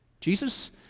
Jesus